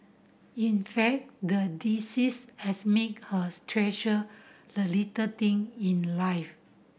in fact the disease has made hers treasure the little thing in life